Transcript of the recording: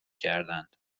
کردند